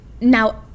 Now